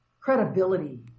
credibility